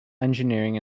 engineering